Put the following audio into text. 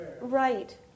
right